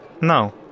No